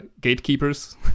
gatekeepers